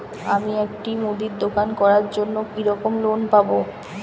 আমি একটি মুদির দোকান করার জন্য কি রকম লোন পাব?